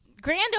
grand